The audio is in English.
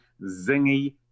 zingy